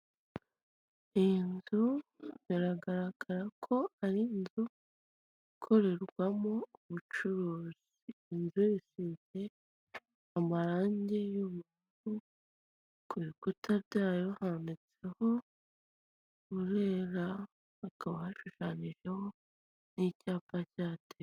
Iyi nzu biragaragara ko ari inzu ikorerwamo ubucuruzi inzu zifite amarangi y'umufu ku bikuta byayo habonetseho burera hakaba hashushananijeho n'icyapa cyatewe